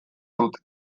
dute